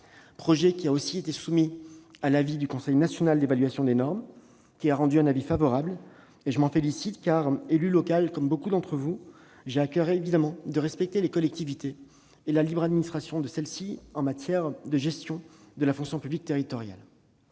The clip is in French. projet de loi a aussi été soumis au Conseil national d'évaluation des normes, qui a rendu un avis favorable. Je m'en félicite, car, élu local comme beaucoup d'entre vous, j'ai évidemment à coeur de respecter les collectivités et leur libre administration en matière de gestion de la fonction publique territoriale.